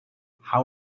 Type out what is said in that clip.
how